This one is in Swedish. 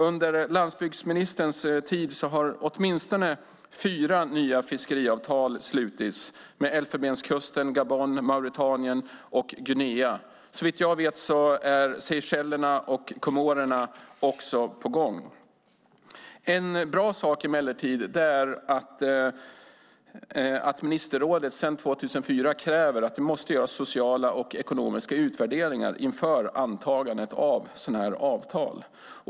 Under landsbygdsministerns tid har åtminstone fyra nya fiskeavtal slutits: med Elfenbenskusten, Gabon, Mauretanien och Guinea. Såvitt jag vet är avtal med Seychellerna och Comorerna på gång. En bra sak emellertid är att ministerrådet sedan 2004 kräver att det måste göras sociala och ekonomiska utvärderingar inför antagandet av ett sådant avtal.